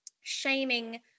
shaming